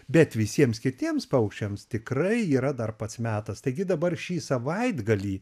bet visiems kitiems paukščiams tikrai yra dar pats metas taigi dabar šį savaitgalį